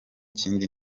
kindi